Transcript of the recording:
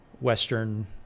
western